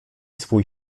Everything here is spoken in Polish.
swój